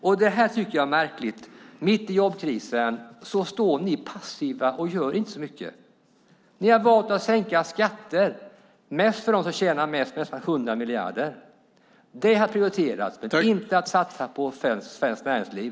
Jag tycker att detta är märkligt. Mitt i jobbkrisen står ni passiva och gör inte så mycket. Ni har valt att sänka skatter - mest för dem som tjänar mest - med nästan 100 miljarder. Det har prioriterats, men inte att satsa på svenskt näringsliv.